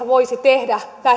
voisi tehdä